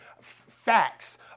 facts